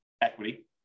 equity